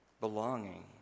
Belonging